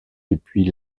depuis